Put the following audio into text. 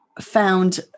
found